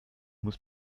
muss